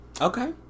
Okay